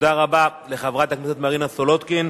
תודה רבה לחברת הכנסת מרינה סולודקין.